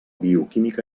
bioquímica